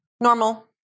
Normal